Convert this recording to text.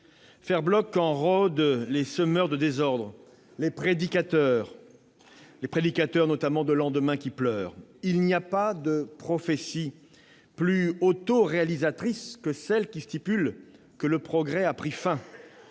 faire bloc quand rodent les semeurs de désordre et les prédicateurs de lendemains qui pleurent. Il n'y a pas de prophétie plus auto-réalisatrice que celle qui stipule que le progrès a pris fin,